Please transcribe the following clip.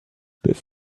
this